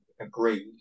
agreed